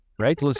right